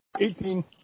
Eighteen